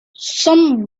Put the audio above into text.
some